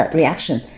reaction